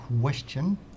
question